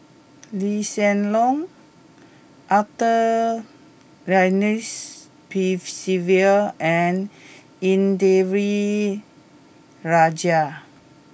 Lee Hsien Loong Arthur Ernest Percival and Indranee Rajah